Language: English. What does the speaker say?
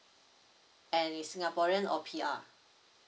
and is singaporean or P_R